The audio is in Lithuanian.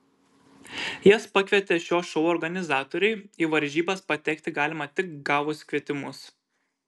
jas pakvietė šio šou organizatoriai į varžybas patekti galima tik gavus kvietimus